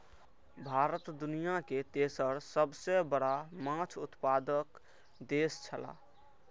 भारत दुनिया के तेसर सबसे बड़ा माछ उत्पादक देश छला